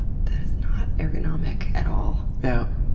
not ergonomic, at all. yeah